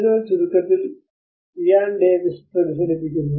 അതിനാൽ ചുരുക്കത്തിൽ Ian Davies പ്രതിഫലിപ്പിക്കുന്നു